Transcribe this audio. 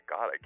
God